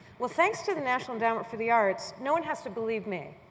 well, thanks to the national endowment for the arts, no one has to believe me.